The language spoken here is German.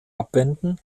abwenden